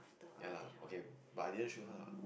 ya lah okay but I didn't show her ah